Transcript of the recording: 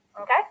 okay